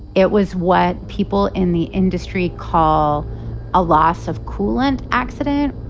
it was what people in the industry call a loss of coolant accident